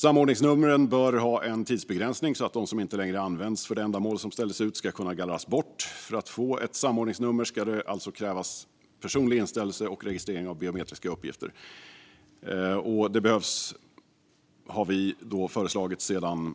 Samordningsnumren bör ha en tidsbegränsning så att de som inte längre används för det ändamål som de ställdes ut för ska kunna gallras bort. För att få ett samordningsnummer ska det alltså krävas personlig inställelse och registrering av biometriska uppgifter. Det behövs därför en total översyn, något som vi har föreslagit sedan